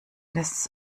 des